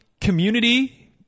community